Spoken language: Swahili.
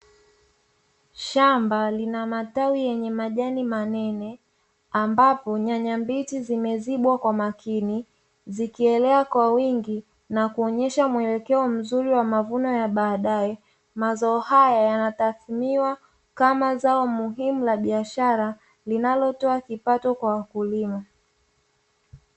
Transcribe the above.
Shamba lina matawi yenye majani manene ambapo, nyanya mbichi zimezibwa kwa makini zikielea kwa wingi na kuonyesha mwelekeo mzuri wa mavuno ya baadaye, mazoo haya yanatathminiwa kama zao muhimu la biashara linalotoa kipato kwa wakulima.